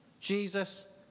Jesus